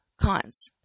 cons